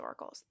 historicals